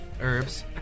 Herbs